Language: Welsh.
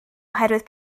oherwydd